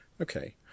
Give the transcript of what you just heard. Okay